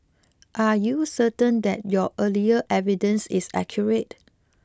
are you certain that your earlier evidence is accurate